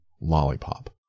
lollipop